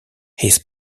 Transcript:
his